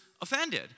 offended